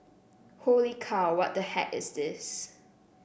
holy cow what the heck is this